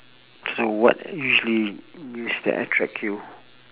so what usually news that attract you